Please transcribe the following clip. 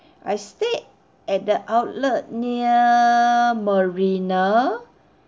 I stayed at the outlet near marina